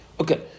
Okay